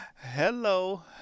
Hello